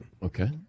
Okay